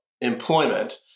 employment